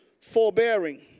forbearing